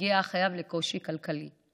הגיע החייב לקושי כלכלי.